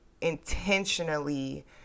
intentionally